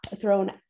thrown